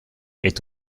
est